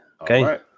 Okay